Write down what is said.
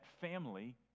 family